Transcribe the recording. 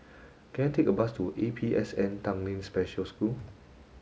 can I take a bus to A P S N Tanglin Special School